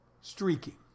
streaking